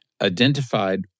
identified